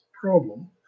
problem